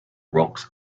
rocks